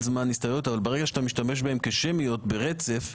זמן אבל ברגע שאתה משתמש בהן כשמיות ברצף,